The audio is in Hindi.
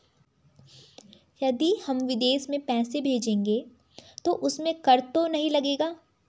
यदि हम विदेश में पैसे भेजेंगे तो उसमें कर तो नहीं लगेगा?